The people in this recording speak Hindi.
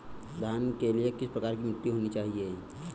धान के लिए किस प्रकार की मिट्टी होनी चाहिए?